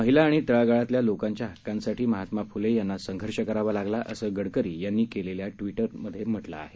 महिला आणि तळागाळातल्या लोकांच्या हक्कांसाठी महात्मा फ्ले यांना संघर्ष करावा लागला असं गडकरी यांनी केलेल्या ट्विटमध्ये म्हटलं आहे